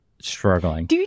struggling